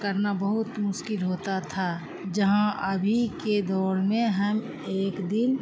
کرنا بہت مشکل ہوتا تھا جہاں ابھی کے دور میں ہم ایک دن